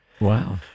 Wow